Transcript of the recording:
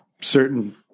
certain